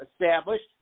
established